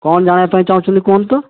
କ'ଣ ଜାଣିବା ପାଇଁ ପାଇଁ ଚାହୁଁଛନ୍ତି କୁହନ୍ତୁ